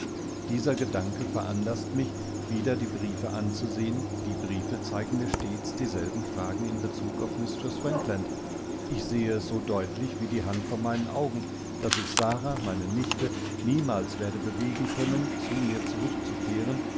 dieser gedanke veranlaßt mich wieder die briefe anzusehen die briefe zeigen mir stets dieselben fragen in bezug auf mistreß frankland ich sehe es so deutlich wie die hand vor meinen augen daß ich sara meine nichte niemals werde bewegen können zu mir zurückzukehren